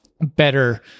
better